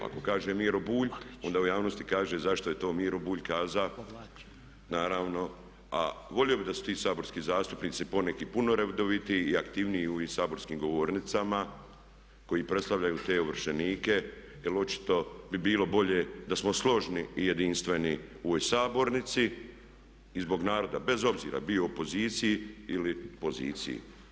Ako kaže Miro Bulj onda u javnosti kaže zašto je to Miro Bulj pokazao, naravno a volio bih da su ti saborski zastupnici poneki i puno redovitiji i aktivniji u ovim saborskim govornicama koji predstavljaju te ovršenike jer očito bi bilo bolje da smo složni i jedinstveni u ovoj sabornici i zbog naroda, bez obzira bio u opoziciji ili poziciji.